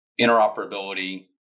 interoperability